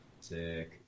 Sick